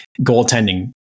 goaltending